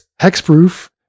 Hexproof